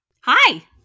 Hi